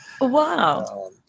Wow